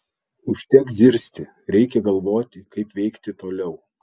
užteks zirzti reikia galvoti kaip veikti toliau